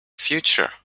future